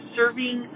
serving